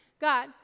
God